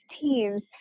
teams